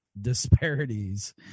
disparities